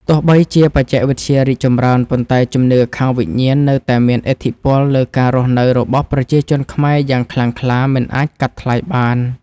ទោះបីជាបច្ចេកវិទ្យារីកចម្រើន ប៉ុន្តែជំនឿខាងវិញ្ញាណនៅតែមានឥទ្ធិពលលើការរស់នៅរបស់ប្រជាជនខ្មែរយ៉ាងខ្លាំងក្លាមិនអាចកាត់ថ្លៃបាន។